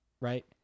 right